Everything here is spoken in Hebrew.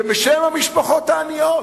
בשם המשפחות העניות.